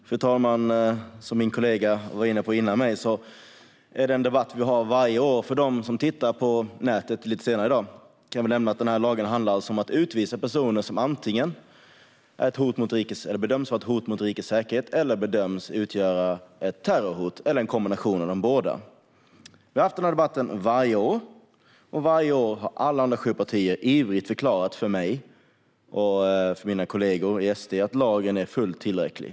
Fru talman! Som min kollega före mig var inne på är detta en debatt som vi har varje år. För dem som tittar på debatten på nätet lite senare i dag kan jag nämna att den här lagen alltså handlar om att utvisa personer som antingen bedöms vara ett hot mot rikets säkerhet eller bedöms utgöra ett terrorhot eller en kombination av de båda. Vi har haft den här debatten varje år, och varje år har alla andra sju partier ivrigt förklarat för mig och mina kollegor i SD att lagen är fullt tillräcklig.